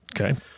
Okay